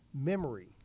memory